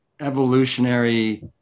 evolutionary